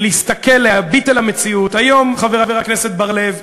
ולהסתכל, להביט אל המציאות היום, חבר הכנסת בר-לב.